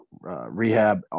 Rehab